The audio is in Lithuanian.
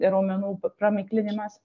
raumenų pramiklinimas